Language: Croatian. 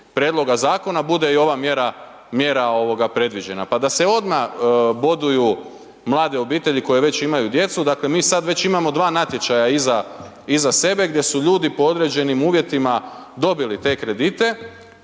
prijedloga zakona bude i ova mjera predviđena, pa da se odmah boduju mlade obitelji koji već imaju djecu. Dakle mi sad već imamo dva natječaja iza sebe gdje su ljudi po određenim uvjetima dobili te kredite